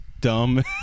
dumb